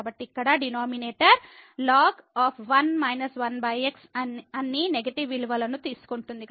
కాబట్టి ఇక్కడ denominator ln1−1x అన్ని నెగెటివ్ విలువలను తీసుకుంటోంది